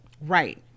right